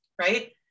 Right